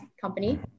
company